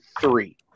three